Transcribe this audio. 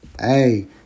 hey